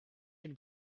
can